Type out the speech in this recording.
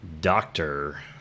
doctor